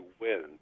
win